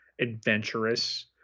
adventurous